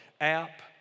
app